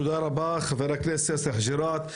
תודה רבה חבר הכנסת חוג'יראת.